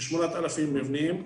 כ- 8,000 מבנים.